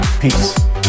Peace